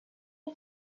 you